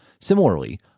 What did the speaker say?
Similarly